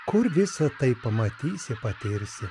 kur visa tai pamatysi patirsi